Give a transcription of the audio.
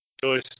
choice